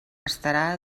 estarà